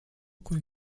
could